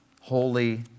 holy